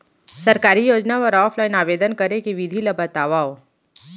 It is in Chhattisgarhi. सरकारी योजना बर ऑफलाइन आवेदन करे के विधि ला बतावव